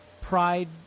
pride